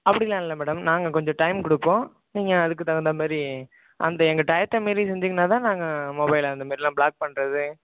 அப்படிலாம் இல்லை மேடம் நாங்கள் கொஞ்சம் டைம் கொடுப்போ நீங்கள் அதுக்கு தகுந்த மாதிரி அந்த எங்கள் டயத்தை மீறி நின்டிங்னாதான் நாங்கள் மொபைலை அந்த மாரிலாம் பிளாக் பண்ணுறது